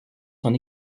son